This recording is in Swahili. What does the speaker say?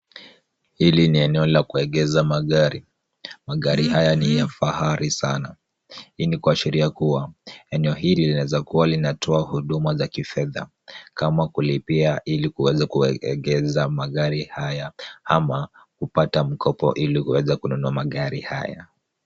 Hili ni eneo la kuegeza magari. Magari haya ni ya fahari sana. Hii ni kuasheria kuwa, eneo hili linaweza kuwa linatoa huduma za kifedha. Kama kulipia ili kuweza kuegeza magari haya, ama kupata mkopo ili kuweza kununua magari haya.